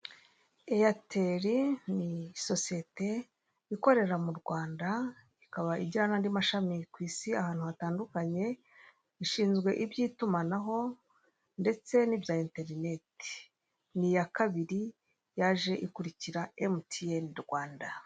Eyateri ni sosiyete ikorera mu Rwanda, ikaba ijyana n'andi mashami ku isi ahantu hatandukanye, ishinzwe iby'itumanaho ndetse n'ibya interinete ni iya kabiri yaje ikurikira emutiyeni rwanda.